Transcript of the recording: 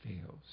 fails